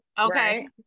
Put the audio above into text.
Okay